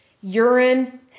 urine